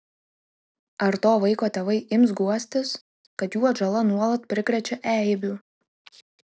ar to vaiko tėvai ims guostis kad jų atžala nuolat prikrečia eibių